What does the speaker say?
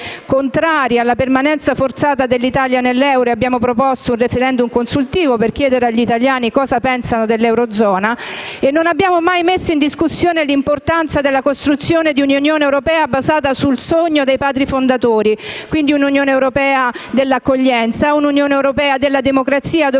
alla permanenza forzata dell'Italia nell'euro, abbiamo proposto un *referendum* consultivo per chiedere agli italiani cosa pensano dell'eurozona e non abbiamo mai messo in discussione l'importanza della costruzione di un'Unione europea basata sul sogno dei Padri fondatori; pensiamo quindi ad un'Unione europea dell'accoglienza, ad un'Unione europea della democrazia, dove il Parlamento